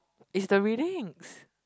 is the readings